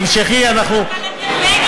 תמשכי, אבל אתם נגד,